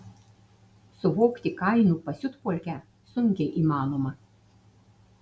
suvokti kainų pasiutpolkę sunkiai įmanoma